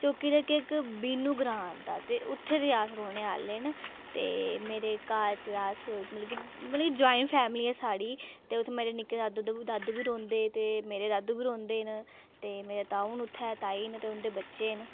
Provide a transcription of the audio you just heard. चौकी दे अग्गें इक वीनू ग्रांऽ आंदा ऐ ते उत्थें दे अस रौह्ने आह्ले न ते मेरे घर च अस मतलब कि मतलब ज्वाइन फैमली ऐ साढ़ी उत्थें मेरे निक्के द दादू बी रौंह्दे ते मेरे दादू बी रौंह्दे न ते मेरे ताऊ न उत्थै ताई न ते उं'दे बच्चें न